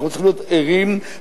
אנחנו צריכים להיות ערים וערניים.